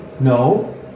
no